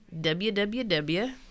www